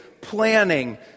planning